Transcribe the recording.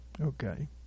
Okay